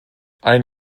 ein